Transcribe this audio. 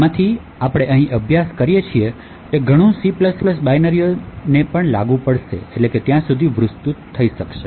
આમાંથી આપણે અહીં અભ્યાસ કરીએ છીએ તે ઘણું C બાઈનરીઓ સુધી પણ વિસ્તૃત થઈ શકે છે